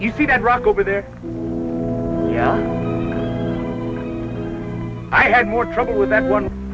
you see that rock over there yeah i had more trouble with that one